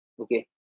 Okay